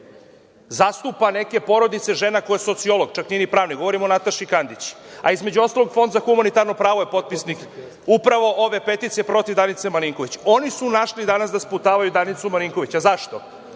zastupa neke porodice žena koja je sociolog, čak nije ni pravnik, govorim o Nataši Kandić, a između ostalog Fond za humanitarno pravo je potpisnik upravo ove peticije protiv Danice Marinković, oni su našli danas da sputavaju Danicu Marinković. Zašto?